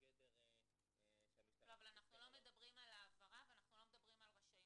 לגבי עו"ס